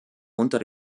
unter